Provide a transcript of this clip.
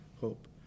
hope